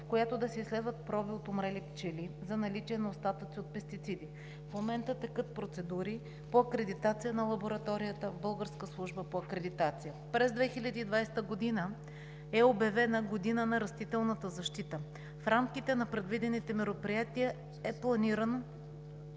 в която да се изследват проби от умрели пчели за наличие на остатъци от пестициди. В момента текат процедури по акредитация на лабораторията в Българска служба по акредитация. 2020 г. е обявена за Година на растителната защита. В рамките на предвидените мероприятия е планирано